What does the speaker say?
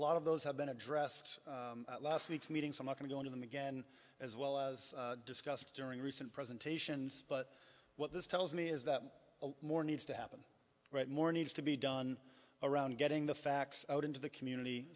lot of those have been addressed last week's meeting some are going to them again as well as discussed during recent presentations but what this tells me is that more needs to happen right more needs to be done around getting the facts out into the community